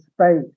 space